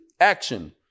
action